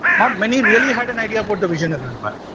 not many really had an idea about the vijayanagara and but